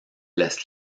las